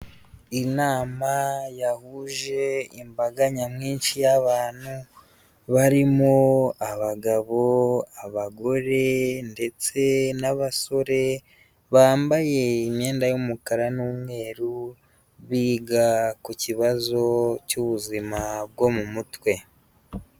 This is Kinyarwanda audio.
Inama yahuje imbaga nyamwinshi y'abantu barimo abagabo, abagore ndetse n'abasore, bambaye imyenda y'umukara n'umweru biga ku kibazo cy'ubuzima bwo mu mutwe.